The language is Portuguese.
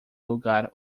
lugar